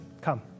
come